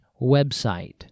website